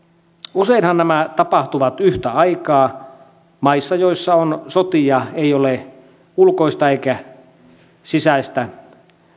useinhan nämä tapahtuvat yhtä aikaa maissa joissa on sotia ei ole ulkoista eikä sisäistä